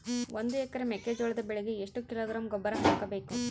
ಒಂದು ಎಕರೆ ಮೆಕ್ಕೆಜೋಳದ ಬೆಳೆಗೆ ಎಷ್ಟು ಕಿಲೋಗ್ರಾಂ ಗೊಬ್ಬರ ಹಾಕಬೇಕು?